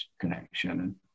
connection